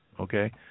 Okay